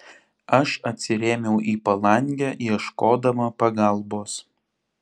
aš atsirėmiau į palangę ieškodama pagalbos